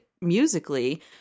musically